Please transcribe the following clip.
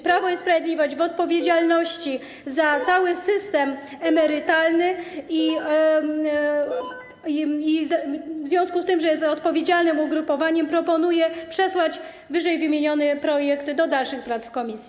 Prawo i Sprawiedliwość w odpowiedzialności za cały system emerytalny i w związku z tym, że jest odpowiedzialnym ugrupowaniem, proponuje przesłać ww. projekt do dalszych prac w komisji.